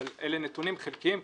אבל אלה נתונים חלקיים,